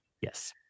yes